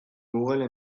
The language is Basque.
google